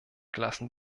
gelassen